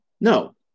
No